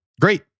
Great